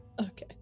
okay